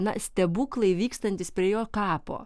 na stebuklai vykstantys prie jo kapo